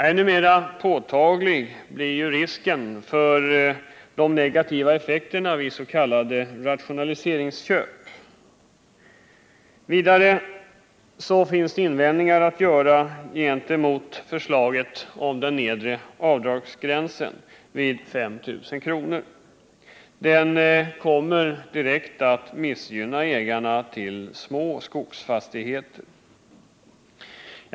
Ännu mer påtaglig blir risken för de negativa effekterna vid s.k. rationaliseringsköp. Vidare finns det invändningar att göra gentemot förslaget om en nedre avdragsgräns vid 5 000 kr. Den kommer direkt att missgynna ägare till små skogsfastigheter.